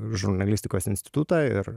žurnalistikos institutą ir